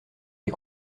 les